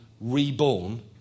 reborn